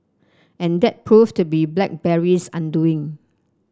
and that proved to be BlackBerry's undoing